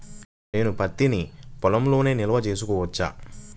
నేను పత్తి నీ పొలంలోనే నిల్వ చేసుకోవచ్చా?